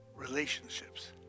relationships